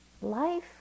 Life